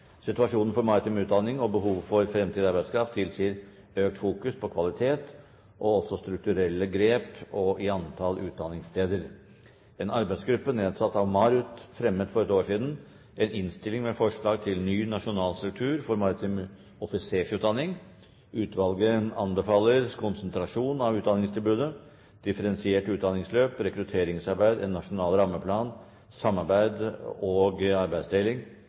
Situasjonen for maritim utdanning og behovet for framtidig arbeidskraft tilsier økt fokusering på kvalitet og strukturelle grep i antall utdanningssteder. En arbeidsgruppe, kalt Aasen-utvalget, nedsatt av MARUT, la for litt over et år siden fram en innstilling med forslag til ny nasjonal struktur for maritim offisersutdanning. Utvalget anbefaler konsentrasjon av utdanningstilbudet, differensiert utdanningsløp, rekrutteringsarbeid, en nasjonal rammeplan, samarbeid og arbeidsdeling,